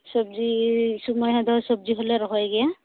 ᱥᱚᱵᱽᱡᱤ ᱥᱩᱢᱟᱹᱭ ᱫᱚ ᱥᱚᱵᱽᱡᱤ ᱦᱚᱸᱞᱮ ᱨᱚᱦᱚᱭ ᱜᱮᱭᱟ